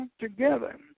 together